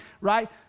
right